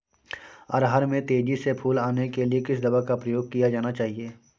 अरहर में तेजी से फूल आने के लिए किस दवा का प्रयोग किया जाना चाहिए?